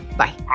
bye